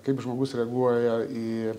kaip žmogus reaguoja į